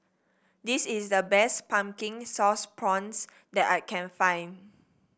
this is the best Pumpkin Sauce Prawns that I can find